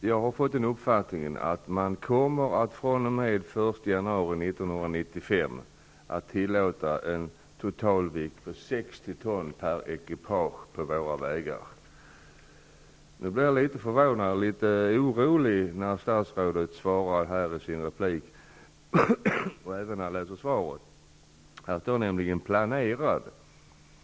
Jag har fått uppfattningen att man fr.o.m. den 1 januari 1995 kommer att tillåta en totalvikt på 60 ton per ekipage på våra vägar. Jag blir litet orolig när statsrådet här -- både i sin replik och i svaret -- talar om att höjningen är planerad att genomföras 1995.